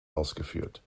ausgeführt